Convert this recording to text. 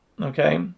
Okay